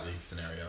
scenario